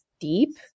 deep